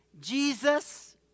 Jesus